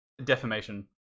Defamation